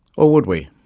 or would we?